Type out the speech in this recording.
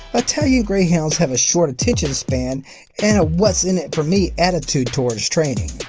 ah italian greyhounds have short attention span and a what's in it for me? attitude toward training.